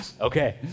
Okay